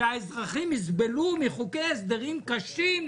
והאזרחים יסבלו מחוקי הסדרים קשים,